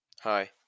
Hi